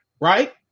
right